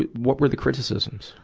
what were the criticisms?